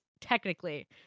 technically